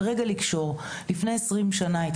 לפני כ-20 שנה,